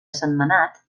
sentmenat